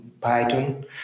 Python